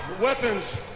weapons